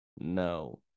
No